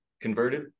converted